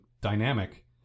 dynamic